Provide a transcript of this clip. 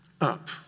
up